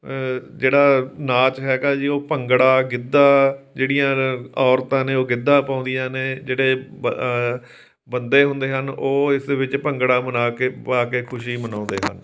ਜਿਹੜਾ ਨਾਚ ਹੈਗਾ ਜੀ ਉਹ ਭੰਗੜਾ ਗਿੱਧਾ ਜਿਹੜੀਆਂ ਔਰਤਾਂ ਨੇ ਉਹ ਗਿੱਧਾ ਪਾਉਂਦੀਆਂ ਨੇ ਜਿਹੜੇ ਬੰਦੇ ਹੁੰਦੇ ਹਨ ਉਹ ਇਸ ਵਿੱਚ ਭੰਗੜਾ ਮਨਾ ਕੇ ਪਾ ਕੇ ਖੁਸ਼ੀ ਮਨਾਉਂਦੇ ਹਨ